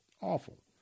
awful